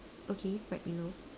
okay right below